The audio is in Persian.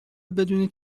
بدونید